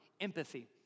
empathy